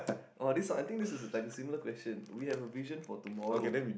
oh this not I think this is like a similar question we have a vision for tomorrow